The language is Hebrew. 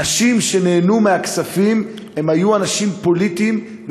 אנשים שנהנו מהכספים הם היו אנשים פוליטיים,